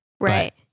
Right